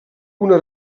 una